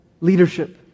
Leadership